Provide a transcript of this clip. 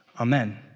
Amen